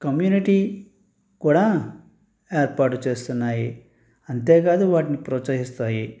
community కూడా ఏర్పాటు చేస్తున్నాయి అంతేకాదు వాటిని ప్రోత్సహిస్తాయి